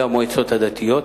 המועצות הדתיות.